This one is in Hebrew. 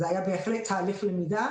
זה בהחלט היה תהליך למידה